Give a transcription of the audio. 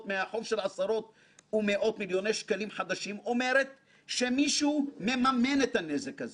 מהחוב שלו עשרות ומאות מיליוני ש"ח אומרת שמישהו מממן את הנזק הזה